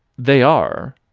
they are.